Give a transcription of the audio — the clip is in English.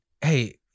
Hey